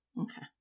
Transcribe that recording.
Okay